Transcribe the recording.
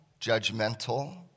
judgmental